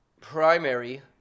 primary